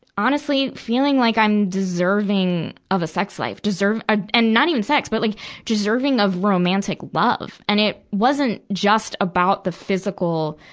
honestly, feeling like i'm deserving of a sex life. ah and not even sex, but like deserving of romantic love. and it wasn't just about the physical,